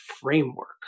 framework